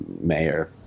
mayor